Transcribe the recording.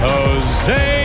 Jose